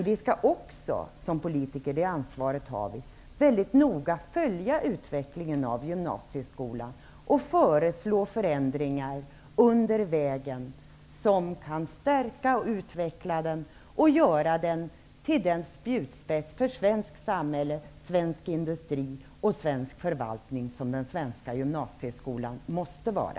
Vi skall också som politiker -- det ansvaret har vi -- mycket noga följa utvecklingen av gymnasieskolan och föreslå förändringar under vägen som kan stärka och utveckla den och göra den till den spjutspets för svenskt, samhälle, svensk industri och svensk förvaltning som den svenska gymnasieskolan måste vara.